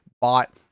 bought